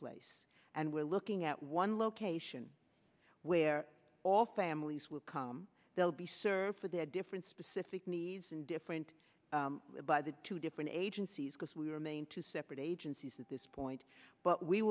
place and we're looking at one location where all families will come they'll be served for their different specific needs and different by the two different agencies because we remain two separate agencies at this point but we